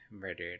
murdered